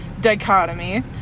dichotomy